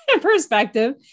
perspective